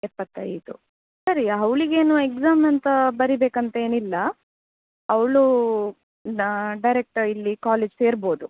ಎಪ್ಪತೈದು ಸರಿ ಅವ್ಳಿಗೇನು ಎಕ್ಸಾಮ್ ಅಂತ ಬರಿಬೇಕು ಅಂತೇನಿಲ್ಲ ಅವಳು ನಾ ಡೈರೆಕ್ಟ ಇಲ್ಲಿ ಕಾಲೇಜ್ ಸೇರ್ಬೋದು